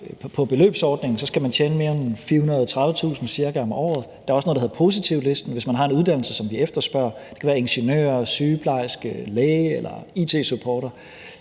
på beløbsordningen, og så skal man tjene mere end ca. 430.000 kr. om året. Der er også noget, der hedder positivlisten, som gælder, i forhold til hvis man har en uddannelse, som vi efterspørger, og det kan være ingeniør, sygeplejerske, læge eller it-supporter.